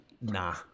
Nah